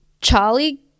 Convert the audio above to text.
charlie